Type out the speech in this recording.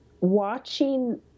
watching